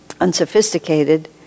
unsophisticated